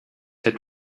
had